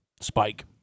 Spike